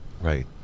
right